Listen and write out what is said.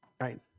right